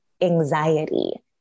anxiety